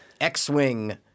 X-Wing